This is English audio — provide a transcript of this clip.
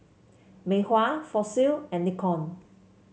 Mei Hua Fossil and Nikon